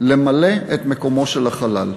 למלא את מקומו של החלל.